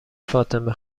فاطمه